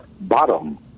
bottom